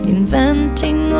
Inventing